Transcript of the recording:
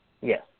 Yes